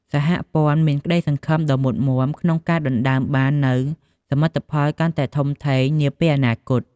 សហព័ន្ធមានក្តីសង្ឃឹមដ៏មុតមាំក្នុងការដណ្ដើមបាននូវសមិទ្ធផលកាន់តែធំធេងនាពេលអនាគត។